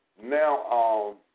now